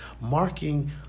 Marking